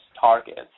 targets